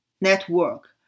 network